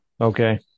Okay